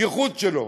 הייחוד שלו.